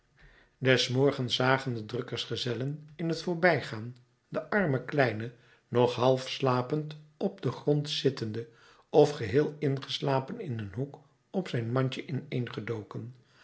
des morgens zagen de drukkersgezellen in t voorbijgaan den armen kleine nog half slapend op den grond zittende of geheel ingeslapen in een hoek op zijn mandje